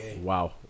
wow